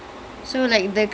I should I should check it out